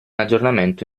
aggiornamento